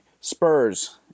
Spurs